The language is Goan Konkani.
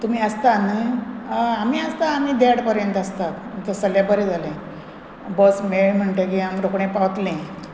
तुमी आसता न्ही आमी आसता आमी देड पर्यंत आसता तस जाल्या बरें जालें बस मेळ म्हणटगीर आमी रोकडें पावतलें